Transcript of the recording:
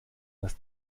dass